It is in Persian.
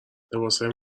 لباسهای